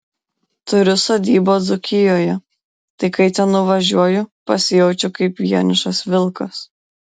turiu sodybą dzūkijoje tai kai ten nuvažiuoju pasijaučiu kaip vienišas vilkas